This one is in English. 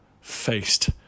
faced